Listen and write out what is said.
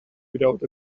without